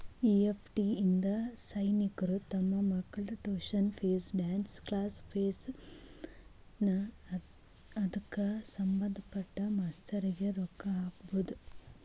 EFT ಇಂದಾ ಸೈನಿಕ್ರು ತಮ್ ಮಕ್ಳ tuition fees, dance class fees ನಾ ಅದ್ಕ ಸಭಂದ್ಪಟ್ಟ ಮಾಸ್ತರ್ರಿಗೆ ರೊಕ್ಕಾ ಹಾಕ್ಬೊದ್